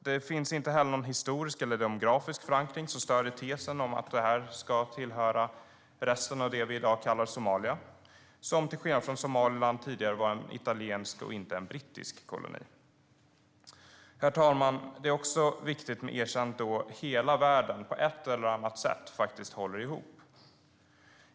Det finns inte heller någon historisk eller demografisk förankring som stöder tesen om att detta ska tillhöra resten av det vi i dag kallar Somalia - som, till skillnad från Somaliland, tidigare var en italiensk och inte en brittisk koloni. Herr talman! Det är också viktigt med erkännandet, då hela världen på ett eller annat sätt faktiskt håller ihop.